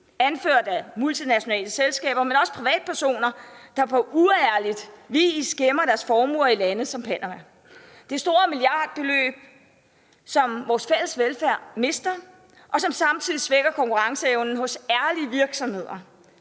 anført af multinationale selskaber, men også privatpersoner, der på uærlig vis gemmer deres formuer i lande som Panama. Det er store milliardbeløb, som vores fælles velfærd mister, og som samtidig svækker konkurrenceevnen hos ærlige virksomheder.